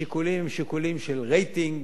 השיקולים הם שיקולים של רייטינג,